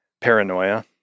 paranoia